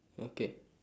okay